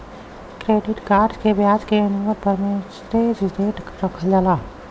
credit cards के ब्याज के एनुअल परसेंटेज रेट रखल जाला